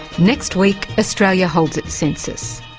next week, australia holds its census.